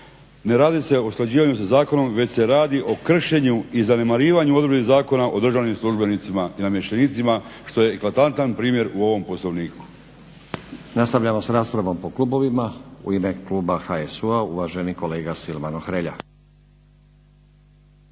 ne radi se o usklađivanju sa zakonom već se radi o kršenju i zanemarivanju odredbi Zakona o državnim službenicima i namještenicima što je eklatantan primjer u ovom Poslovniku. **Stazić, Nenad (SDP)** Nastavljamo s raspravom po klubovima. U ime kluba HSU-a uvaženi kolega Silvano Hrelja.